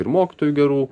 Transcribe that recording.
ir mokytojų gerų